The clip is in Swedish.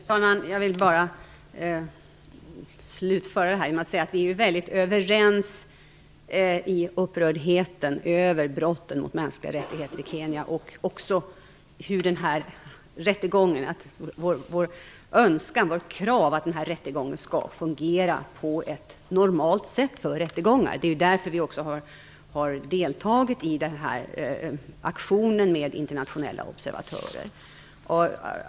Fru talman! Jag vill bara slutföra diskussionen med att säga att vi är väldigt överens i upprördheten över brotten mot mänskliga rättigheter i Kenya och också i kravet på att rättegången skall fungera på ett för rättegångar normalt sätt. Det är därför vi har deltagit i aktionen med internationella observatörer.